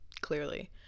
Clearly